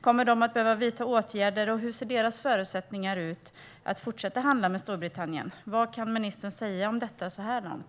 Kommer de att behöva vidta åtgärder? Hur ser deras förutsättningar ut för att fortsätta handla med Storbritannien? Vad kan ministern säga om detta så här långt?